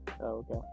Okay